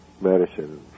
medicine